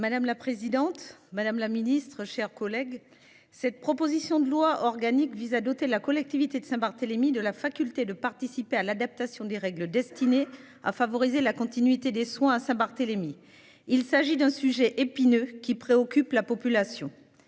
Madame la présidente, madame la Ministre, chers collègues, cette proposition de loi organique vise à doter la collectivité de Saint-Barthélemy, de la faculté de participer à l'adaptation des règles destinées à favoriser la continuité des soins à Saint-Barthélemy. Il s'agit d'un sujet épineux qui préoccupe la population.